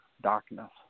darkness